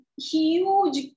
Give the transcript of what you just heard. huge